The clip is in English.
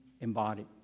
embodied